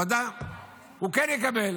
כן יקבל?